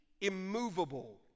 immovable